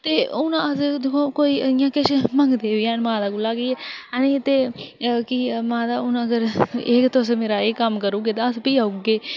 ते हुन अस्स दिक्खो हां कोई किश मंगदे बी हैन माता कौला कि असें तें माता हुन अगर तुस मेरा एह् कम्म करी ओड़गे तां अस फ्ही औगे